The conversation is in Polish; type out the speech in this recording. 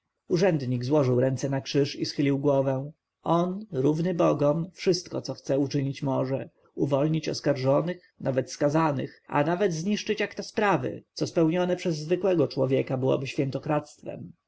urzędnik złożył ręce nakrzyż i schylił głowę on równy bogom wszystko co chce uczynić może uwolnić oskarżonych nawet skazanych a nawet zniszczyć akta sprawy co spełnione przez zwykłego człowieka byłoby świętokradztwem